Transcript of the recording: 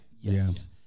Yes